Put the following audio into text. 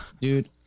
Dude